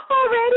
already